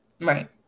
Right